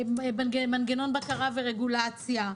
מנגנון בקרה ורגולציה,